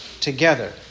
together